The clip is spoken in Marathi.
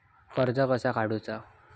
कर्ज कसा काडूचा?